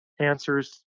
answers